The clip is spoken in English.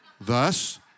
Thus